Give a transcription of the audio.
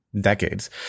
decades